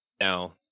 Now